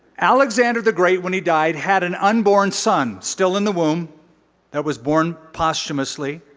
alexander the great, when he died, had an unborn son still in the womb that was born posthumously.